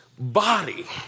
Body